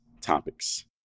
topics